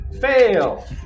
Fail